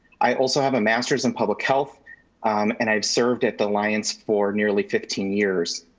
i also have a master's in public health and i've served at the lyons for nearly fifteen years.